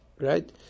right